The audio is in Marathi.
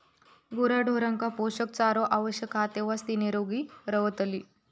गुराढोरांका पोषक चारो आवश्यक हा तेव्हाच ती निरोगी रवतली